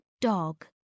dog